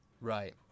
Right